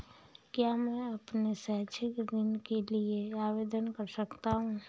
क्या मैं अपने शैक्षिक ऋण के लिए आवेदन कर सकता हूँ?